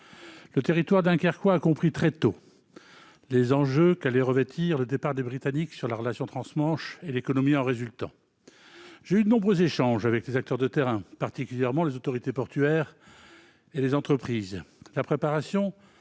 Le territoire dunkerquois a compris très tôt l'importance qu'allait revêtir le départ des Britanniques sur la relation trans-Manche et l'économie en résultant. J'ai eu de nombreux échanges avec les acteurs de terrain, particulièrement les autorités portuaires et les entreprises.